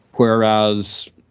Whereas